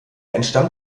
entstammt